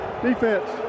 Defense